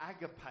agape